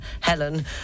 helen